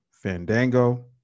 Fandango